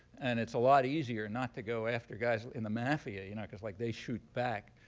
and it's a lot easier not to go after guys in the mafia you know because, like, they shoot back.